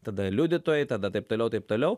tada liudytojai tada taip toliau taip toliau